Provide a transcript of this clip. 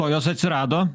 o jos atsirado